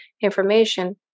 information